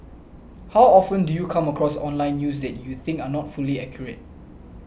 how often do you come across online news you think are not fully accurate